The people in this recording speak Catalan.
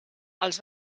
els